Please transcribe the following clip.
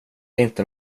inte